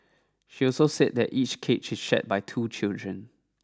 she also said that each cage is shared by two children